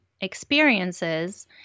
experiences